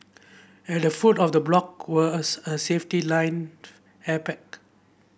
at the foot of the block were a a safety line air pack